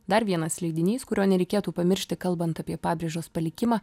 dar vienas leidinys kurio nereikėtų pamiršti kalbant apie pabrėžos palikimą